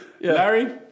Larry